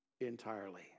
entirely